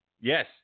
Yes